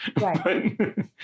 right